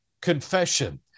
confession